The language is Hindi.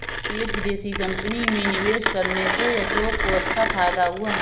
एक विदेशी कंपनी में निवेश करने से अशोक को अच्छा फायदा हुआ